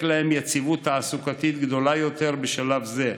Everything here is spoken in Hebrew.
להם יציבות תעסוקתית גדולה יותר בשלב זה,